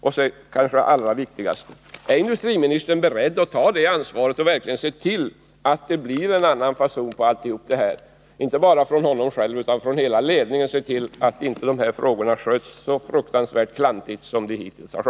Och det kanske allra viktigaste: Är industriministern beredd att ta sitt ansvar och se till att det blir en annan fason på alltihop så att dessa frågor inte sköts så fruktansvärt klantigt som hittills?